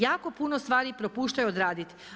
Jako puno stvari propuštaju odraditi.